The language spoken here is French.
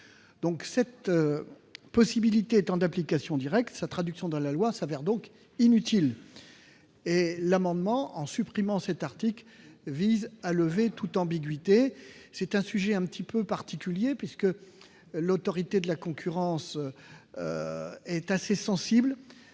Cette possibilité étant d'application directe, sa traduction dans la loi s'avère donc inutile. L'amendement, en supprimant cet article, vise à lever toute ambiguïté. Ce sujet est quelque peu particulier, puisque l'autorité de la concurrence, au niveau